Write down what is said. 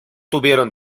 tuvieron